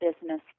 business